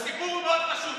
הסיפור הוא מאוד פשוט.